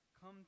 come